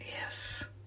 Yes